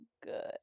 good